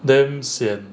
damn sian